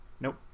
Nope